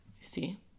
See